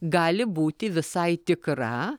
gali būti visai tikra